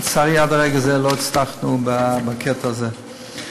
לצערי עד הרגע הזה לא הצלחנו בקטע הזה,